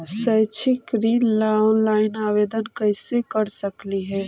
शैक्षिक ऋण ला ऑनलाइन आवेदन कैसे कर सकली हे?